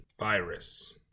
virus